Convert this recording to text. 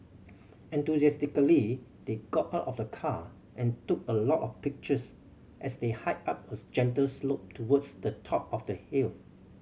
enthusiastically they got out of the car and took a lot of pictures as they hiked up a gentle slope towards the top of the hill